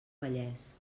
vallès